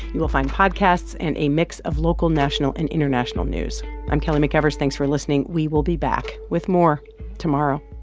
you will find podcasts and a mix of local, national and international news i'm kelly mcevers. thanks for listening. we will be back with more tomorrow